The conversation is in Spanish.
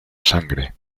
sangre